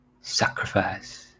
Sacrifice